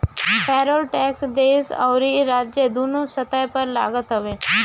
payroll tax देस अउरी राज्य दूनो स्तर पर लागत हवे